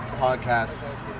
podcasts